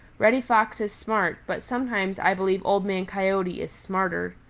reddy fox is smart, but sometimes i believe old man coyote is smarter.